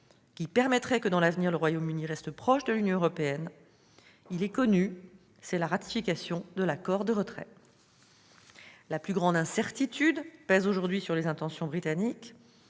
permettant que le Royaume-Uni, à l'avenir, reste proche de l'Union européenne, est connu : c'est la ratification de l'accord de retrait. La plus grande incertitude pèse aujourd'hui sur les intentions britanniques.